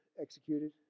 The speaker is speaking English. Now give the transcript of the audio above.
executed